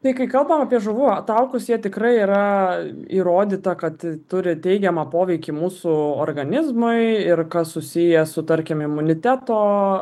tai kai kalbam apie žuvų taukus jie tikrai yra įrodyta kad turi teigiamą poveikį mūsų organizmui ir kas susiję su tarkim imuniteto